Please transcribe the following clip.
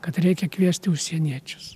kad reikia kviesti užsieniečius